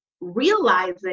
realizing